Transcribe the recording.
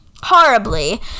horribly